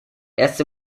erst